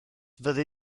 fyddi